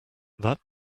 that